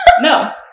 no